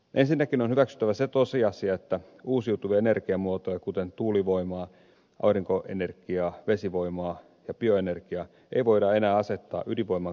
ensinnäkin on hyväksyttävä se tosiasia että uusiutuvia energiamuotoja kuten tuulivoimaa aurinkoenergiaa vesivoimaa ja bioenergiaa ei voida enää asettaa ydinvoiman kanssa vastakkain